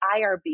IRB